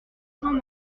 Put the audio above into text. cents